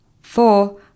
Four